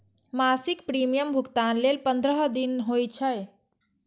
मासिक प्रीमियम भुगतान लेल पंद्रह दिन होइ छै